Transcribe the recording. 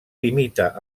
limita